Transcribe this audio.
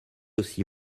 aussi